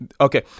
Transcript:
Okay